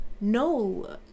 no